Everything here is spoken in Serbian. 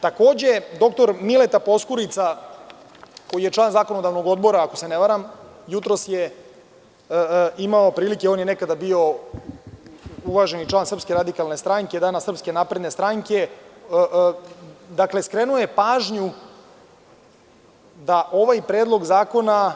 Takođe, dr Mileta Poskurica, koji je član Zakonodavnog odbora, ako se ne varam, on je nekada bio uvaženi član Srpske radikalne stranke, danas Srpske napredne stranke, skrenuo je pažnju da ovaj Predlog zakona